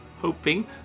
hoping